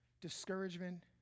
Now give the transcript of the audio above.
discouragement